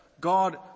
God